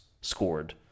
scored